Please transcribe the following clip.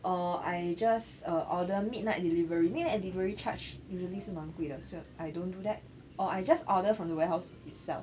oh I just uh order midnight delivery midnight delivery charge usually 是蛮贵的所以 I don't do that or I just order from the warehouse itself